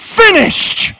finished